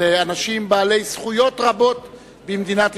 אלה אנשים בעלי זכויות רבות במדינת ישראל,